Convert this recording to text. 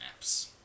apps